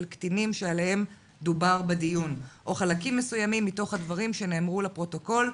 קטינים שעליהם דובר בדיון או חלקים מסוימים מתוך הדברים שנאמרו לפרוטוקול,